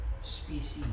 species